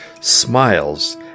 smiles